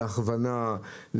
להכוונה,